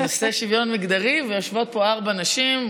נושא שוויון מגדרי, ויושבות פה ארבע נשים.